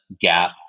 Gap